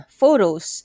photos